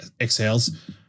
exhales